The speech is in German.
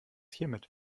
hiermit